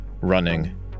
running